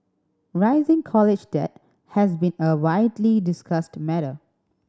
rising college debt has been a widely discussed matter